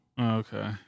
Okay